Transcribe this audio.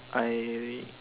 I